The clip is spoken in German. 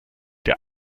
der